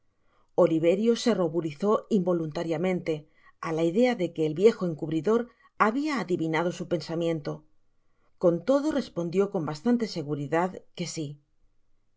oliverio se ruborizó involuntariamente á la idea de que el viejo encubridor habia adivinado su pensamiento con todo res pondió con bastante seguridad que sí